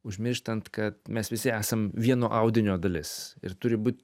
užmirštant kad mes visi esam vieno audinio dalis ir turi būt